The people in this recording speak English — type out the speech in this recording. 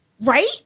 Right